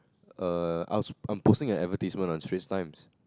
a I I'm posting an advertisement on Strait-Times